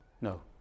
no